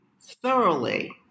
thoroughly